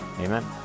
Amen